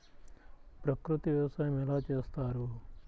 ప్రకృతి వ్యవసాయం ఎలా చేస్తారు?